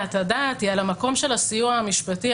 את הדעת היא על המקום של הסיוע המשפטי.